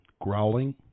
Growling